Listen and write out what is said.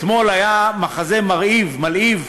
אתמול היה מחזה מרהיב, מלהיב,